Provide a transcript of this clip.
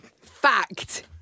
Fact